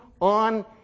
on